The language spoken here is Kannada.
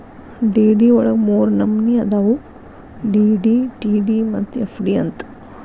ಡಿ.ಡಿ ವಳಗ ಮೂರ್ನಮ್ನಿ ಅದಾವು ಡಿ.ಡಿ, ಟಿ.ಡಿ ಮತ್ತ ಎಫ್.ಡಿ ಅಂತ್